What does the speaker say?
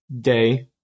day